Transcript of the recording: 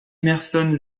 emerson